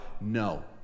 No